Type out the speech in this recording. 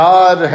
God